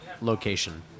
location